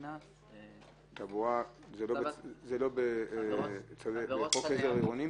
תעבורה היא לא בחוק עזר עירוני?